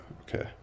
okay